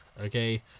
Okay